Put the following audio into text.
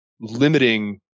limiting